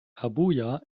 abuja